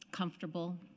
comfortable